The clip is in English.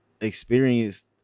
experienced